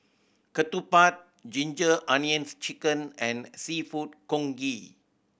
ketupat Ginger Onions Chicken and Seafood Congee